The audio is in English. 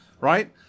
right